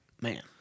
man